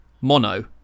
Mono